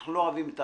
שאנחנו לא אוהבים את